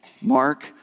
Mark